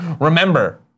Remember